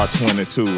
R22